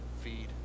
feed